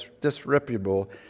disreputable